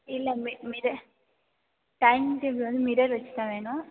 இல்லை மி mirror dining table வந்து மிரர் வச்சு தான் வேணும்